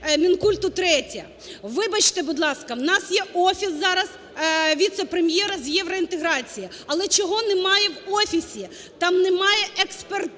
Мінкульту третє. Вибачте, будь ласка, у нас є офіс зараз віце-прем'єра з євроінтеграції. Але чого немає в офісі? Там немає експертизи